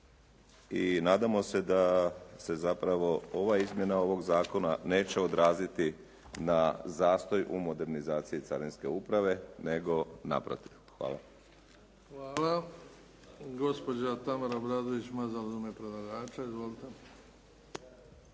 i nadamo se da se zapravo ova izmjena ovog zakona neće odraziti na zastoj u modernizaciji carinske uprave nego naprotiv. Hvala. **Bebić, Luka (HDZ)** Hvala. Gospođa Tamara Obrazdović Mazal u ime predlagača. Izvolite.